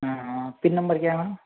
हाँ हाँ pin number क्या है मैम